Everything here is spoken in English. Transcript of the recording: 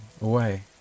away